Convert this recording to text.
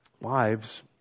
wives